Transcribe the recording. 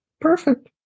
Perfect